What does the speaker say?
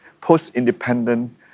post-independent